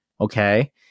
okay